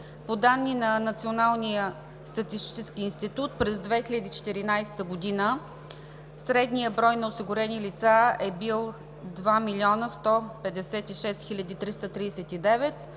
По данни на Националния статистически институт през 2014 г. средният брой на осигурените лица е бил 2 млн. 156 хил. 339,